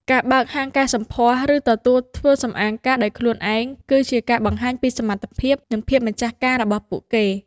ការបើកហាងកែសម្ផស្ស ឬទទួលធ្វើសម្អាងការដោយខ្លួនឯង គឺជាការបង្ហាញពីសមត្ថភាព និងភាពម្ចាស់ការរបស់ពួកគេ។